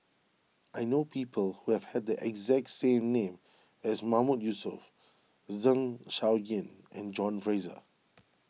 I know people who have had the exact same name as Mahmood Yusof Zeng Shouyin and John Fraser